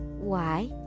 Why